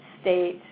state